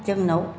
जोंनाव